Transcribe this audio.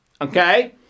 Okay